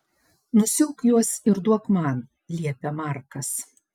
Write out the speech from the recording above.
nusiauk juos ir duok man liepia markas